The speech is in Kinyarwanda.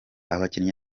abakinnyi